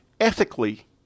ethically